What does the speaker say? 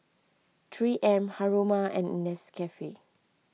three M Haruma and Nescafe